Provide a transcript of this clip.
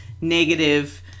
negative